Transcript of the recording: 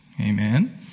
Amen